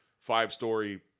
Five-story